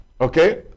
okay